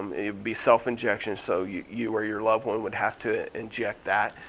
ah be self-injections, so you you or your loved one would have to inject that.